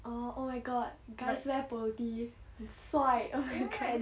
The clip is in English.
orh oh my god guys wear polo tee 很帅 oh my god